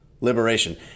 liberation